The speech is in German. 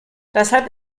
deshalb